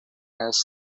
els